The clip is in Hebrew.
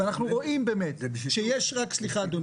ואנחנו רואים באמת ------ יש פיקוח,